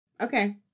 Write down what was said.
Okay